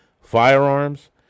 firearms